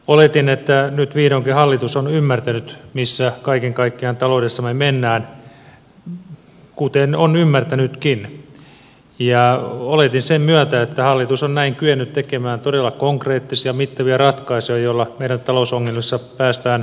oletin että nyt vihdoinkin hallitus on ymmärtänyt missä kaiken kaikkiaan taloudessamme mennään kuten on ymmärtänytkin ja oletin sen myötä että hallitus on näin kyennyt tekemään todella konkreettisia mittavia ratkaisuja joilla meidän talousongelmissa päästään eteenpäin